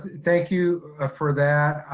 thank you ah for that,